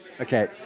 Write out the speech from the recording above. Okay